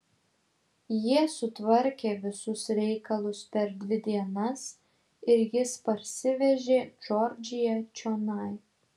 jie sutvarkė visus reikalus per dvi dienas ir jis parsivežė džordžiją čionai